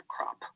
crop